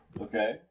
Okay